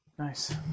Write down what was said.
Nice